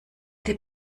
der